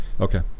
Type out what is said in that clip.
Okay